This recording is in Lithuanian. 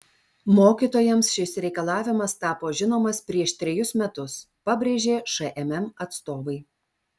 mokytojams šis reikalavimas tapo žinomas prieš trejus metus pabrėžė šmm atstovai